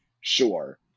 Sure